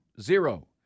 zero